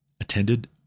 attended